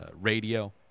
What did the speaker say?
radio